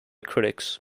critics